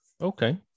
okay